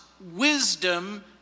wisdom